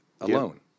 alone